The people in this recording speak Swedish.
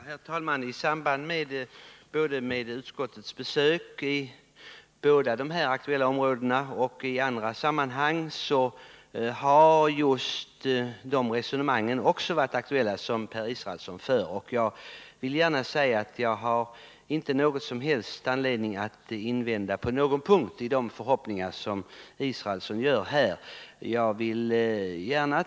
Herr talman! Både i samband med utskottets besök i de två aktuella områdena och i andra sammanhang har just det resonemang varit aktuellt som Per Israelsson tar upp. Jag vill gärna säga att jag inte har någon som helst anledning att invända emot de förhoppningar som Per Israelsson uttalar här.